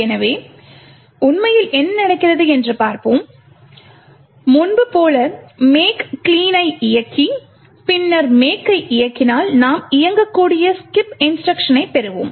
எனவே உண்மையில் என்ன நடக்கிறது என்று பார்ப்போம் முன்பு போல் make clean இயக்கி பின்னர் make யை இயக்கினால் நாம் இயங்கக்கூடிய ஸ்கிப் இன்ஸ்ட்ரக்ஷனை பெறுவோம்